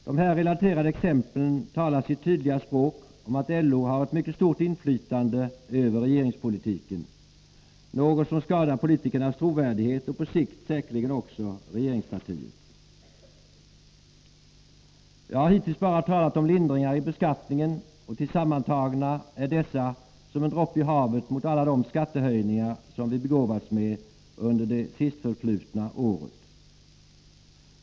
De här relaterade exemplen talar sitt tydliga språk om att LO har ett mycket stort inflytande över regeringspolitiken — något som skadar politikernas trovärdighet och på sikt säkerligen också regeringspartiet. Jag har hittills bara talat om lindringar i beskattningen, och tillsammantagna är dessa som en droppe i havet mot alla de skattehöjningar som vi begåvats med under det sistförflutna året.